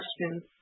questions